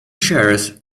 shares